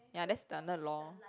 ya that's standard lor